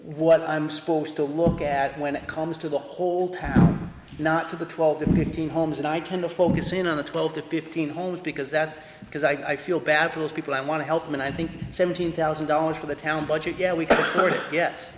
what i'm supposed to look at when it comes to the whole town not to the twelve to fifteen homes and i tend to focus in on the twelve to fifteen homes because that's because i feel bad for those people i want to help them and i think seventeen thousand dollars for the town budget yeah we